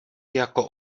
jako